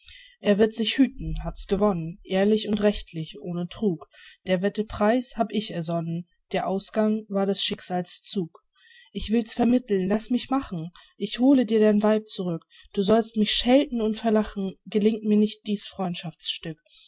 er wird sich hüten hat's gewonnen ehrlich und rechtlich ohne trug der wette preis hab ich ersonnen der ausgang war des schicksals zug ich will's vermitteln laß mich machen ich hole dir dein weib zurück du sollst mich schelten und verlachen gelingt mir nicht dies